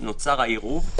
נוצר העירוב.